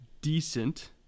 decent